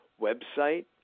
website